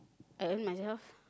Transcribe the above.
I earn myself